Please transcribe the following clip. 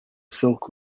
silk